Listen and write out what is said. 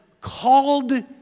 called